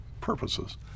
purposes